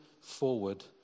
forward